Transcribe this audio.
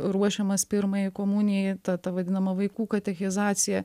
ruošiamas pirmajai komunijai ta ta vadinama vaikų katechizacija